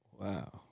wow